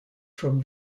from